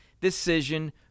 decision